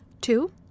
Two